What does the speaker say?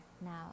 now